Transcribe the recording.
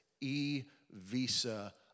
E-Visa